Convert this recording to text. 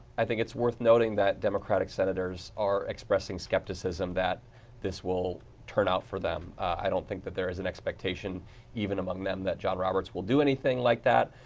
i think it's worth noting that democratic senators are expressing skepticism that this will turn out for them, i don't think there is an expectation even among them that john roberts will do anything like that.